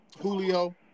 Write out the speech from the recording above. Julio